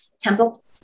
temple